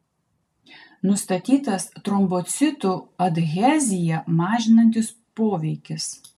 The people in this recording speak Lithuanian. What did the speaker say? nustatytas trombocitų adheziją mažinantis poveikis